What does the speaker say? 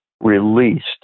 released